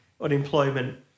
unemployment